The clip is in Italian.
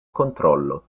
controllo